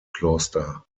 kloster